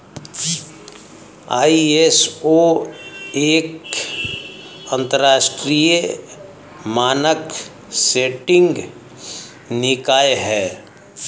ISO एक अंतरराष्ट्रीय मानक सेटिंग निकाय है